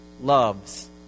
loves